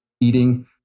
eating